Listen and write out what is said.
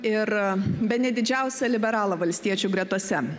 ir bene didžiausią liberalą valstiečių gretose